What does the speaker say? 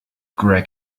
greg